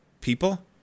people